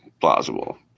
plausible